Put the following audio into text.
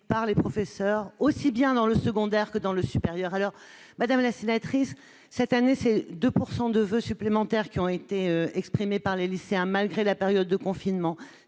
par les professeurs, aussi bien dans le secondaire que dans le supérieur. Madame la sénatrice, cette année, 2 % de voeux supplémentaires ont été exprimés par les lycéens, malgré la période de confinement,